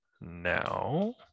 now